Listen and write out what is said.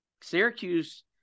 Syracuse